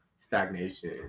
stagnation